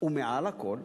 ומעל הכול,